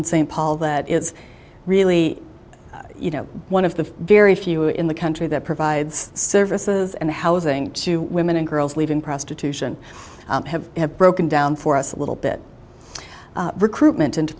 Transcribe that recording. st paul that is really you know one of the very few in the country that provides services and housing to women and girls leaving prostitution have broken down for us a little bit recruitment into